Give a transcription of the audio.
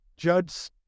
Judge